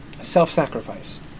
self-sacrifice